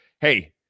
Hey